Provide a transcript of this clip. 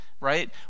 right